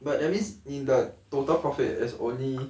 but at least in the total profit as only